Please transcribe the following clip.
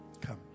Come